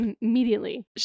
immediately